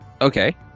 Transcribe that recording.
Okay